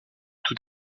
tout